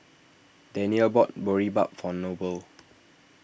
Danyelle bought Boribap for Noble